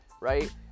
right